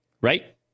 Right